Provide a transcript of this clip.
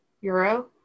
euro